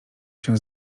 się